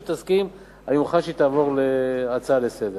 אם תסכים, אני מוכן שהיא תעבור כהצעה לסדר-היום.